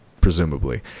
presumably